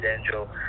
Angel